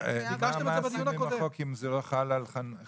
מה עשינו עם החוק אם זה לא חל על דוחות